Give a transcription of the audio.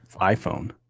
iPhone